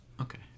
Okay